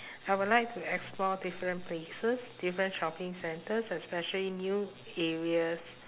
I would like to explore different places different shopping centres especially new areas